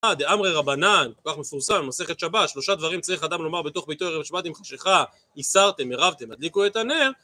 דאמרי רבנן, כל כך מפורסם, מסכת שבה, שלושה דברים צריך אדם לומר בתוך ביתו ערב שבת עם חשיכה איסרתם, אירבתם, הדליקו את הנר